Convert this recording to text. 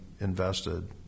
invested